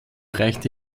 reichte